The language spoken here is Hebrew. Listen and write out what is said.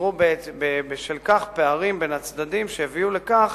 ונוצרו בשל כך פערים בין הצדדים, שהביאו לכך